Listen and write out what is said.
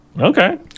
Okay